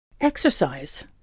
Exercise